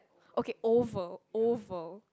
okay oval oval